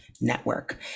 network